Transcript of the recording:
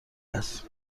است